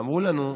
אמרו לנו: